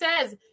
says